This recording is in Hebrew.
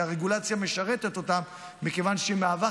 כי הרגולציה משרתת אותם מכיוון שהיא מהווה